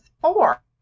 four